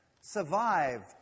survived